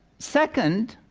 second,